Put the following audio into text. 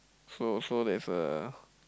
so so there's a